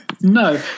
No